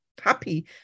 happy